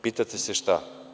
Pitate se šta?